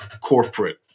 corporate